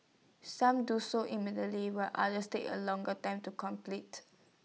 some do so immediately while others take A longer time to complete